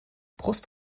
brust